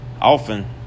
often